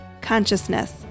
consciousness